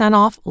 off